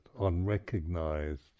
unrecognized